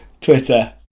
Twitter